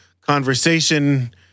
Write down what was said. conversation